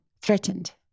threatened